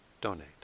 donate